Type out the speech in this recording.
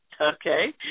Okay